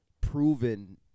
proven